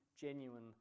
genuine